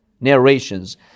narrations